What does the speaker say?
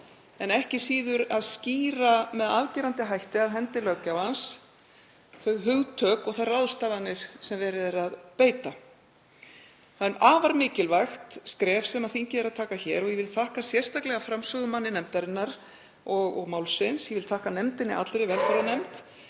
en ekki síður að skýra með afgerandi hætti af hálfu löggjafans þau hugtök og þær ráðstafanir sem verið er að beita. Það er afar mikilvægt skref sem þingið er að stíga hér og ég vil þakka sérstaklega framsögumanni nefndarinnar og málsins. Ég vil þakka allri velferðarnefnd.